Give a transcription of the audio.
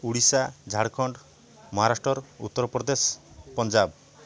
Odisha Jharkhand Maharashtra Uttar Pradesh Punjab